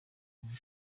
mukuru